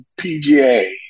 PGA